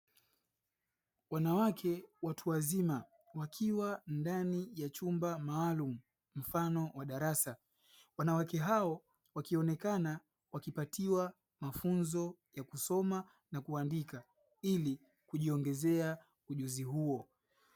Wanawake watu wazima wakiwa ndani ya chumba maalumu mfano wa darasa, wanawake hao wakionekana wakipatiwa mafunzo ya kusoma na kuandika ili kujiongezea ujuzi huo.